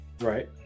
Right